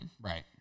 right